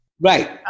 Right